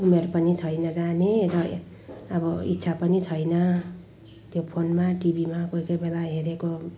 उमेर पनि छैन जाने र अब इच्छा पनि छैन त्यो फोनमा टिभीमा कोही कोही बेला हेरेको